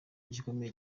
gikomeye